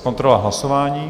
Kontrola hlasování.